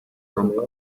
rompa